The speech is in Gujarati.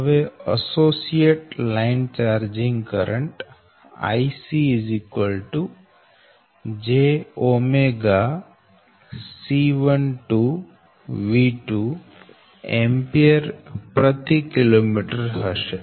હવે associate line charging current IcjC12V12 Akm ampere kilometre હશે